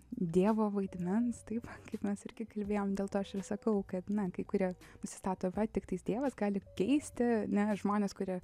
dievo vaidmens taip kaip mes irgi kalbėjom dėl to aš ir sakau kad na kai kurie nusistato tiktais dievas gali keisti ne žmonės kurie